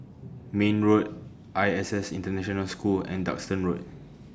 Mayne Road I S S International School and Duxton Road